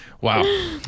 Wow